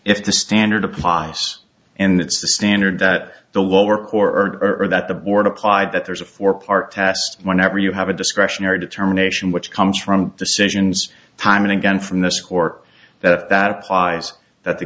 if the standard a pos and it's the standard that the lower court heard or that the board applied that there's a four part test whenever you have a discretionary determination which comes from decisions time and again from the score that applies that the